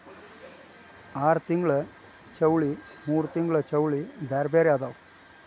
ಆರತಿಂಗ್ಳ ಚೌಳಿ ಮೂರತಿಂಗ್ಳ ಚೌಳಿ ಬ್ಯಾರೆ ಬ್ಯಾರೆ ಅದಾವ